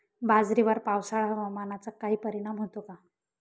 बाजरीवर पावसाळा हवामानाचा काही परिणाम होतो का?